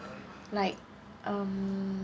like um